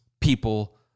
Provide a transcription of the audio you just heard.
people